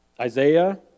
Isaiah